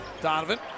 Donovan